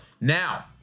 Now